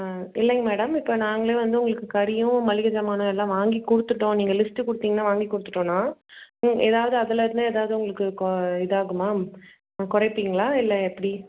ஆ இல்லைங்க மேடம் இப்போ நாங்களே வந்து உங்களுக்கு கறியும் மளிகை ஜாமான எல்லாம் வாங்கிக் கொடுத்துட்டோம் நீங்கள் லிஸ்ட்டு கொடுத்தீங்னா வாங்கிக் கொடுத்துட்டோன்னா ஏதாவது அதிலேருந்து ஏதாவது உங்களுக்கு கோ இதாகுமா குறைப்பிங்களா இல்லை எப்படி